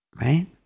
right